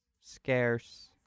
scarce